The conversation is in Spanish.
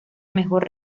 mejor